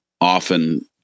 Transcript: often